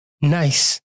nice